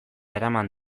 eraman